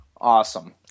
Awesome